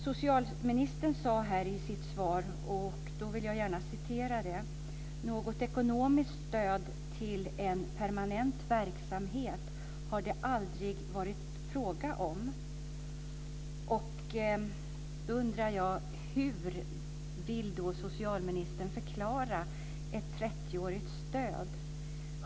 Socialministern sade i sitt svar: "Något ekonomiskt stöd till en permanent verksamhet har det aldrig varit fråga om." 30-årigt stöd?